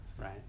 right